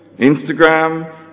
Instagram